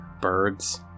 Birds